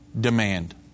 demand